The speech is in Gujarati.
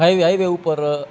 હાઇ હાઇવે ઉપર